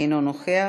אינו נוכח.